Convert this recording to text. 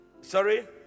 sorry